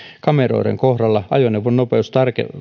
kameroiden kohdalla ajoneuvon nopeus